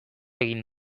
egingo